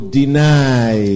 deny